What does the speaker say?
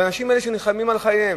האנשים האלה נלחמים על חייהם,